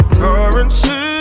currency